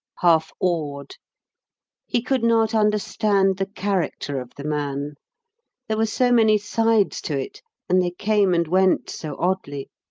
half-awed. he could not understand the character of the man there were so many sides to it and they came and went so oddly.